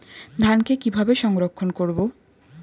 ধানকে কিভাবে সংরক্ষণ করব?